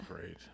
great